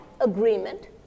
agreement